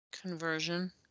conversion